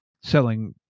selling